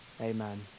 Amen